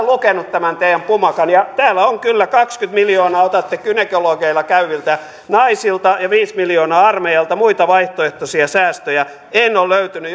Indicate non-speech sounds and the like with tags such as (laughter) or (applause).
(unintelligible) lukenut tämän teidän pumakkanne ja täällä kyllä kaksikymmentä miljoonaa otatte gynekologeilla käyviltä naisilta ja viisi miljoonaa armeijalta muita vaihtoehtoisia säästöjä en ole löytänyt (unintelligible)